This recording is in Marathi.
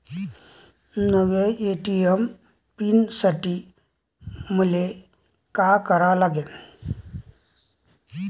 नव्या ए.टी.एम पीन साठी मले का करा लागन?